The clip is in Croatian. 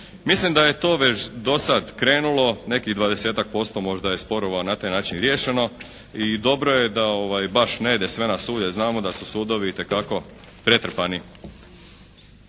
Mislim da je to već do sad krenulo nekih dvadesetak posto možda je sporova na taj način riješeno i dobro je da baš ne ide sve na sud, jer znamo da su sudovi itekako pretrpani.